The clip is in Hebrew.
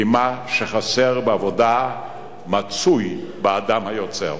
כי מה שחסר באדמה מצוי באדם היוצר.